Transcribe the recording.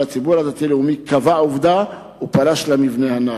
אבל הציבור הדתי-לאומי קבע עובדה ופלש למבנה הנ"ל.